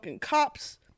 cops